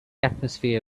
atmosphere